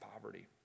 poverty